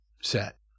set